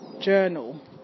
journal